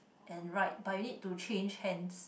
and ride but you need to change hands